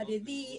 חרדי,